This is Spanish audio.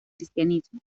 cristianismo